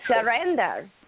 surrender